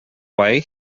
way